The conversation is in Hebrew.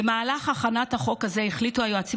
במהלך הכנת החוק הזה החליטו היועצים